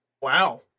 Wow